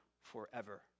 forever